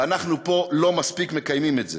ואנחנו פה לא מספיק מקיימים את זה.